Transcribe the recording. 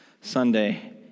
Sunday